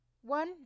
one